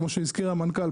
כמו שהזכיר המנכ"ל,